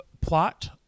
plot